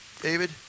David